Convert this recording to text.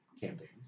campaigns